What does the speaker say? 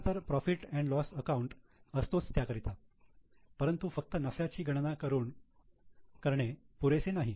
खरंतर profit and loss account profit loss account असतोच त्याकरिता परंतु फक्त नफ्याची गणना करणे पुरेसे नाही